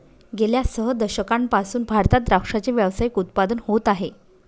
गेल्या सह दशकांपासून भारतात द्राक्षाचे व्यावसायिक उत्पादन होत आहे